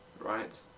Right